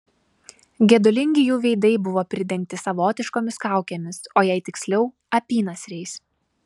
gedulingi jų veidai buvo pridengti savotiškomis kaukėmis o jei tiksliau apynasriais